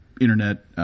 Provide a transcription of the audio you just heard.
Internet